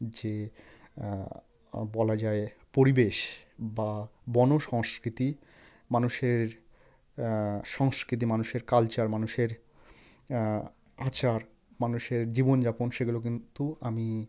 যে বলা যায় পরিবেশ বা বনসংস্কৃতি মানুষের সংস্কৃতি মানুষের কালচার মানুষের আচার মানুষের জীবনযাপন সেগুলো কিন্তু আমি